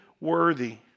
worthy